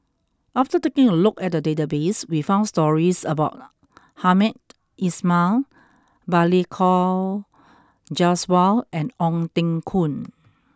after taking a look at the database we found stories about Hamed Ismail Balli Kaur Jaswal and Ong Teng Koon